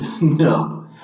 No